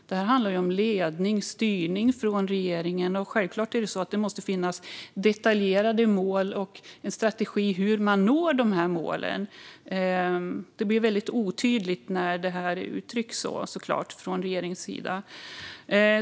Det handlar ju om ledning och styrning från regeringen, och självklart måste det finnas detaljerade mål och en strategi för hur man ska nå målen. Det blir väldigt otydligt när det uttrycks så från regeringens sida.